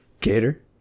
Gator